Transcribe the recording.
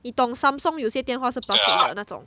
你懂 Samsung 有些电话是 plastic 的那种